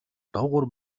доогуур